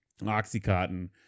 Oxycontin